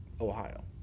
Ohio